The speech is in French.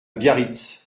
biarritz